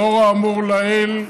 לאור האמור לעיל,